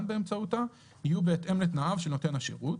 באמצעותה יהיו בהתאם לתנאיו של נותן השירות,